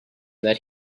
that